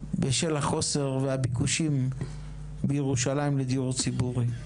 בשל החוסר והביקושים בירושלים לדיור ציבורי.